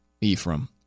ephraim